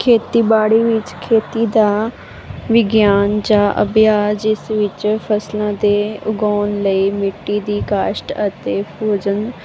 ਖੇਤੀਬਾੜੀ ਵਿੱਚ ਖੇਤੀ ਦਾ ਵਿਗਿਆਨ ਜਾਂ ਅਭਿਆਸ ਜਿਸ ਵਿੱਚ ਫਸਲਾਂ ਦੇ ਉਗਾਉਣ ਲਈ ਮਿੱਟੀ ਦੀ ਕਾਸ਼ਤ ਅਤੇ ਭੋਜਨ